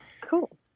Cool